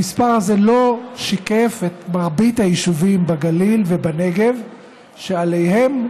המספר זה לא שיקף את מרבית היישובים בגליל ובנגב שעליהם,